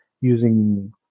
Using